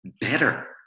better